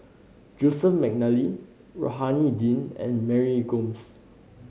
Joseph McNally Rohani Din and Mary Gomes